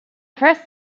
first